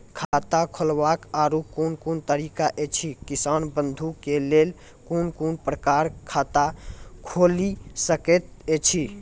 खाता खोलवाक आर कूनू तरीका ऐछि, किसान बंधु के लेल कून कून प्रकारक खाता खूलि सकैत ऐछि?